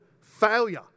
failure